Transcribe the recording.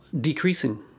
decreasing